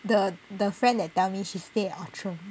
the the friend that tell me she stay at outram